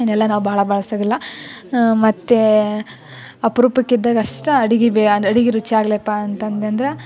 ಇದನ್ನೆಲ್ಲ ನಾವು ಭಾಳ ಬಳ್ಸೋದಿಲ್ಲ ಮತ್ತು ಅಪರೂಪಕ್ಕೆ ಇದ್ದಾಗ ಅಷ್ಟೇ ಅಡುಗೆ ಬೇ ಅಂದರೆ ಅಡುಗೆ ರುಚಿಯಾಗಲಪ್ಪಾ ಅಂತ ಅಂದೆನಂದ್ರ